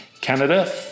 Canada